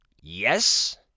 Yes